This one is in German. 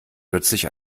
plötzlich